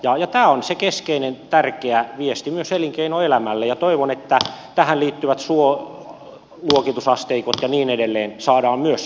ja tämä on se keskeinen tärkeä viesti myös elinkeinoelämälle ja toivon että tähän liittyvät suoluokitusasteikot ja niin edelleen saadaan myös toimimaan